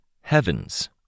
Heavens